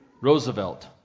Roosevelt